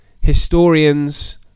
historians